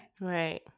Right